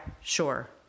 sure